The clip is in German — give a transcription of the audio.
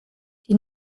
die